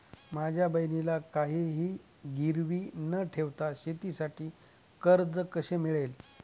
माझ्या बहिणीला काहिही गिरवी न ठेवता शेतीसाठी कर्ज कसे मिळेल?